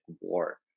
war